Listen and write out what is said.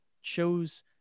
shows